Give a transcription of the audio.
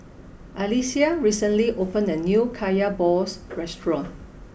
Alyssia recently opened a new Kaya Balls restaurant